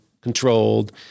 controlled